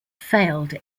failed